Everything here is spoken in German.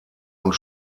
und